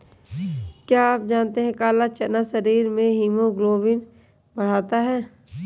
क्या आप जानते है काला चना शरीर में हीमोग्लोबिन बढ़ाता है?